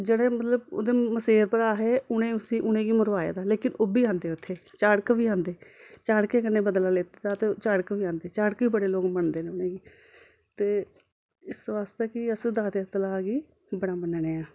जेह्ड़े मतलब ओह्दे मसेरे भ्राऽ हे ते उ'नें उस्सी उ'नें गी मरवाए दा लेकिन ओह् बी आंदे उत्थै चाढ़क बी आंदे चाढकें कन्नै बदला लैते दा ते चाढ़क बी आंदे ते चाढ़क बी बड़े लोक मनदे उ'नें गी ते इस बास्तै कि अस दाते दे तलाऽ गी बड़ा मनन्ने आं